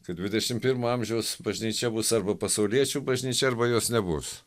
kad dvidešimt pirmo amžiaus bažnyčia bus arba pasauliečių bažnyčia arba jos nebus